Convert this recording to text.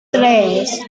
tres